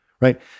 right